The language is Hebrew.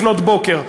לפנות בוקר?